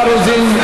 תודה, חברי הכנסת.